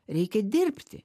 reikia dirbti